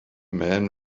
men